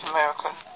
American